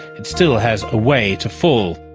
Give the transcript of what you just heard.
it still has a way to fall.